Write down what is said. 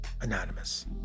anonymous